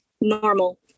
normal